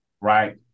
Right